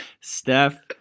Steph